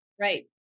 Right